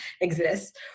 exists